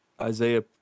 Isaiah